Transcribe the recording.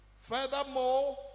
Furthermore